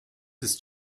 ist